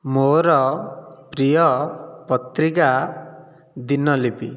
ମୋର ପ୍ରିୟ ପତ୍ରିକା ଦିନଲିପି